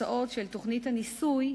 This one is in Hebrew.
התוצאות של תוכנית הניסוי,